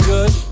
Good